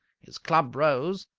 his club rose,